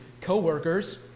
co-workers